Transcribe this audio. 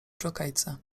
dżokejce